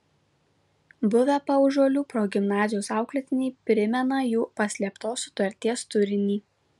buvę paužuolių progimnazijos auklėtiniai primena jų paslėptos sutarties turinį